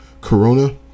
corona